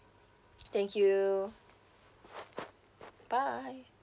thank you bye